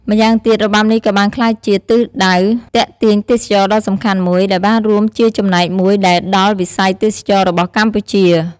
ម្យ៉ាងទៀត របាំនេះក៏បានក្លាយជាទិសដៅទាក់ទាញទេសចរណ៍ដ៏សំខាន់មួយ ដែលបានរួមជាចំណែកមួយដែរដល់វិស័យទេសចរណ៍របស់កម្ពុជា។